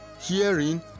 hearing